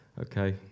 Okay